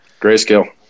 Grayscale